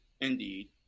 indeed